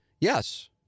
yes